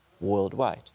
worldwide